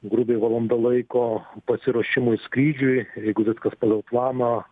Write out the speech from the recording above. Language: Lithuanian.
grubiai valanda laiko pasiruošimui skrydžiui jeigu viskas pagal planą